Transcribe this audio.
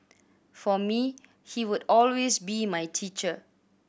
for me he would always be my teacher